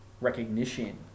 recognition